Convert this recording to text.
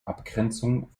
abgrenzung